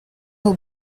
will